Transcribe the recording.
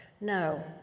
No